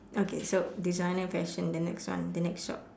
okay so designer fashion the next one the next shop